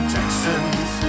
Texans